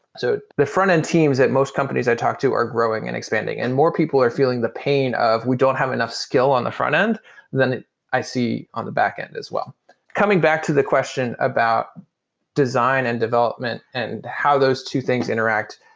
so the front-end teams at most companies i talk to are growing and expanding. and more people are feeling the pain of we don't have enough skill on the front-end than i see on the back-end as well coming back to the question about design and development and how those two things interact,